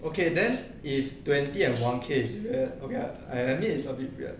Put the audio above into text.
okay then if twenty and one K is weird ya I admit is a bit weird